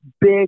big